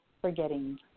forgetting